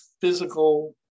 physical